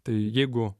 tai jeigu